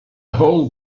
whole